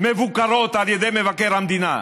מבוקרות על ידי מבקר המדינה.